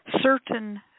Certain